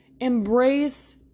embrace